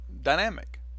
dynamic